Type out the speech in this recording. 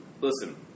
Listen